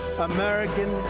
American